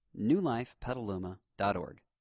newlifepetaluma.org